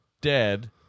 dead